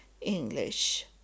English